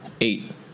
Eight